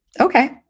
Okay